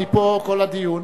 אני פה כל הדיון.